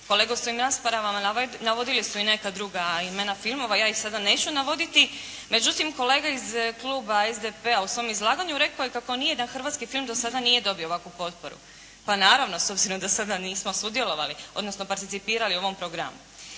/Ne razumije se./ … navodili su i neka druga imena filmova, ja ih sada neću navoditi. Međutim kolega iz kluba SDP-a u svom izlaganju rekao je kako ni jedan hrvatski film do sada nije dobio ovakvu potporu. Pa naravno do sada nismo sudjelovali, odnosno participirali ovom programu.